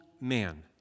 man